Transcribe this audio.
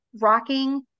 rocking